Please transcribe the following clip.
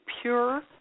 pure